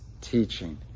teaching